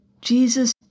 Jesus